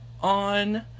on